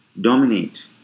dominate